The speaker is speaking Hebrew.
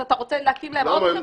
אז אתה רוצה להקים להן עוד חברה?